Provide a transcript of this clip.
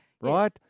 right